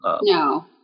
No